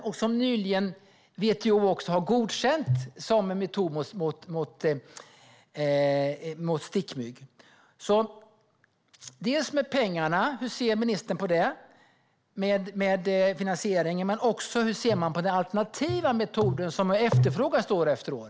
Och WTO har nyligen godkänt den som metod mot stickmyggor. Hur ser ministern på finansieringen? Men jag undrar också hur hon ser på den alternativa metoden, som har efterfrågats år efter år.